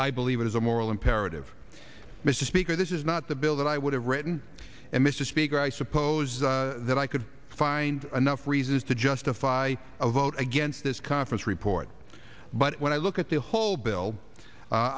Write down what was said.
i believe it is a moral imperative mr speaker this is not the bill that i would have written and mr speaker i suppose that i could find enough reasons to justify a vote against this conference report but when i look at the whole bill